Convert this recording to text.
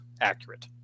accurate